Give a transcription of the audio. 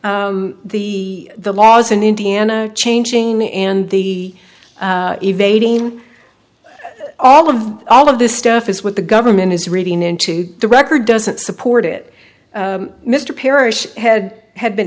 the the laws in indiana changing and the evading all of that all of this stuff is what the government is reading into the record doesn't support it mr parrish had had been